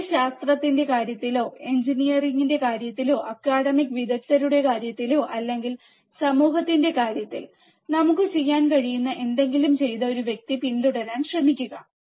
ഒന്നുകിൽ ശാസ്ത്രത്തിന്റെ കാര്യത്തിലോ എഞ്ചിനീയറിംഗിന്റെ കാര്യത്തിലോ അക്കാദമിക് വിദഗ്ധരുടെ കാര്യത്തിലോ അല്ലെങ്കിൽ സമൂഹത്തിന്റെ കാര്യത്തിൽ നമുക്ക് ചെയ്യാൻ കഴിയുന്ന എന്തെങ്കിലും ചെയ്ത ഒരു വ്യക്തി പിന്തുടരാൻ ശ്രമിക്കുക